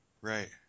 Right